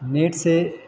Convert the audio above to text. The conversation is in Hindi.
नेट से